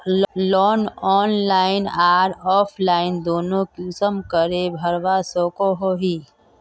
Loan online आर offline दोनों किसम के भरवा सकोहो ही?